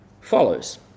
follows